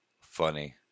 funny